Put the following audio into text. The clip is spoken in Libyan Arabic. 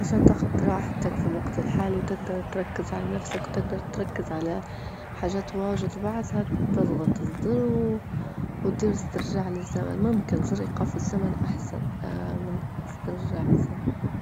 عشان تاخد راحتك في الوقت الحالي وتجدر تركز على نفسك وتجدر تركز على حاجات واجد وبعدها تضغط الزر وتنس ترجع للزمن ممكن زر إيقاف الزمن أحسن اه من إسترجاع الزمن.